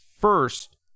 first